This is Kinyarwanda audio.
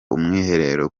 umwiherero